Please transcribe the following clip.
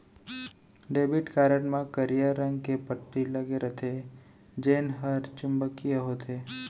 debit card म करिया रंग के पट्टी लगे रथे जेन हर चुंबकीय होथे